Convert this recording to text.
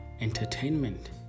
entertainment